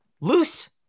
loose